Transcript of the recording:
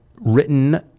written